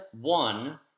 one